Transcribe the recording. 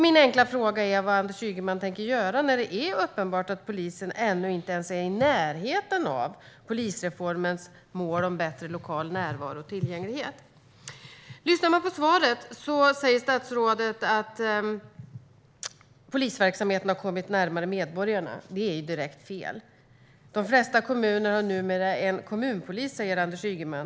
Min enkla fråga är vad Anders Ygeman tänker göra när det är uppenbart att polisen ännu inte ens är i närheten av polisreformens mål om bättre lokal närvaro och tillgänglighet. I svaret säger statsrådet att polisverksamheten har kommit närmare medborgarna. Det är direkt fel. De flesta kommuner har numera en kommunpolis, säger Anders Ygeman.